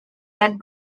led